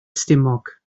stumog